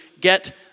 get